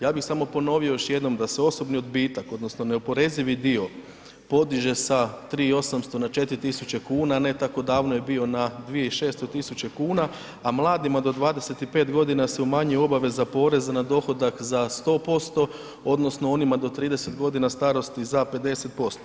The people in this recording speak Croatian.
Ja bih samo ponovio još jednom da se osobni odbitak odnosno neoporezivi dio podiže sa 3.800 na 4.000 kuna, ne tako davno je bio na 2.600 kuna, a mladima do 25 godina se umanjuje obaveza poreza na dohodak za 100% odnosno onima do 30 godina starosti za 50%